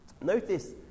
Notice